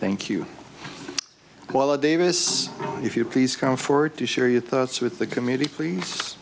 thank you while davis if you please come forward to share your thoughts with the committee please